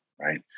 right